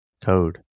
code